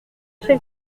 chez